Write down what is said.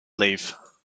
leave